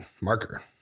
marker